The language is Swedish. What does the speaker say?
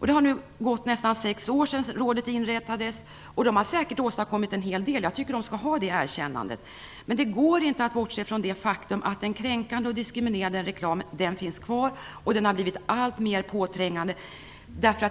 Det har nu gått nästan sex år sedan rådet inrättades. Det har säkert åstadkommit en hel del; det erkännandet tycker jag att rådet skall ha. Men det går inte att bortse från det faktum att den kränkande och diskriminerande reklamen finns kvar. Den har blivit alltmer påträngande.